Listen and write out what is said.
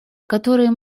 которые